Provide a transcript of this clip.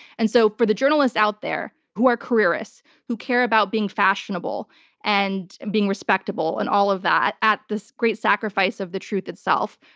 and so for the journalists out there who are careerists, who care about being fashionable and and being respectable and all of that at this great sacrifice of the truth itself,